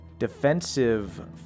defensive